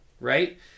right